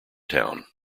town